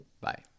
Bye